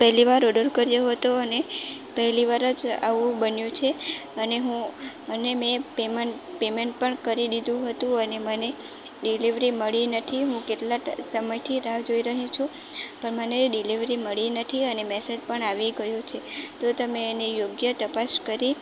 પહેલી વાર ઓર્ડર કર્યો હતો અને પહેલી વાર જ આવું બન્યું છે અને હું અને મેં પેમેન પેમેંટ પણ કરી દીધું હતું અને મને ડિલિવરી મળી નથી હું કેટલા ટ સમયથી રાહ જોઈ રહી છું પણ મને ડિલિવરી મળી નથી અને મેસેજ પણ આવી ગયો છે તો મેં એને યોગ્ય તપાસ કરી